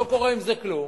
לא קורה עם זה כלום,